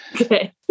Okay